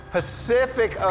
Pacific